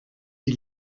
die